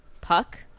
Puck